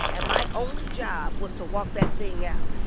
and my only job was to walk that thing out.